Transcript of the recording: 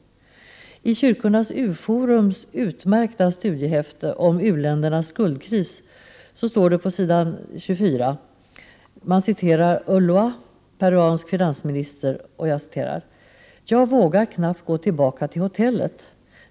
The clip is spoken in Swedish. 24i Kyrkornas U-forums utmärkta studiehäfte om u-ländernas skuldkris citeras Ulloa, peruansk finansminister: ”Jag vågar knappt gå tillbaka till hotellet.